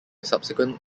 subsequent